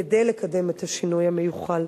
כדי לקדם את השינוי המיוחל.